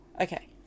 Okay